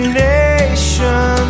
nation